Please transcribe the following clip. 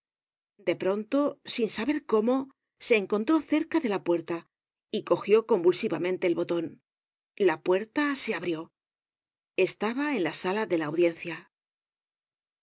de pronto sin saber cómo se encontró cerca de la puerta y cogió convulsivamente el boton la puerta se abrió estaba en la sala de la audiencia